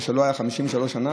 מה שלא היה 53 שנה.